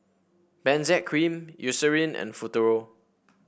Benzac Cream Eucerin and Futuro